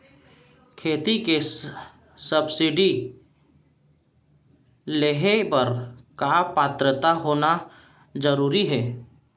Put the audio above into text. खेती के सब्सिडी लेहे बर का पात्रता होना जरूरी हे?